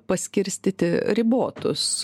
paskirstyti ribotus